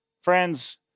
Friends